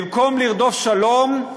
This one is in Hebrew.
במקום לרדוף שלום,